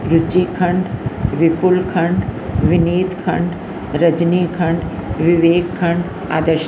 Rijikhand Vipulkhand Vineetkhand Rajnikhand Vivekkhand Adarsh